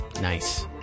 Nice